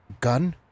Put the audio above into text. gun